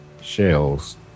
shells